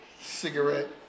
cigarette